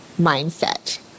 mindset